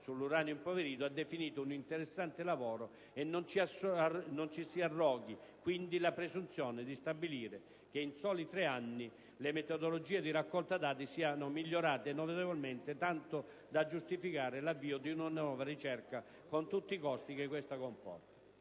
sull'uranio impoverito ha definito un interessante lavoro e non ci si arroghi, quindi, la presunzione di stabilire che in soli tre anni le metodologie di raccolta dati siano migliorate notevolmente tanto da giustificare l'avvio di una nuova ricerca, con tutti i costi che questa comporta.